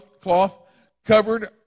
cloth-covered